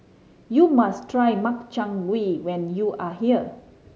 you must try Makchang Gui when you are here